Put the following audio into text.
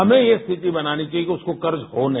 हमें ये स्थिति बनानी चाहिए कि उसको कर्ज हो नहीं